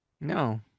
No